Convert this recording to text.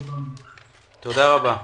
תודה רבה.